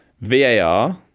VAR